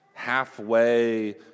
Halfway